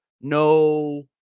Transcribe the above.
no